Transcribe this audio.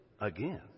again